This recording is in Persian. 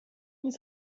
نیز